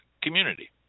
community